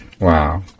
wow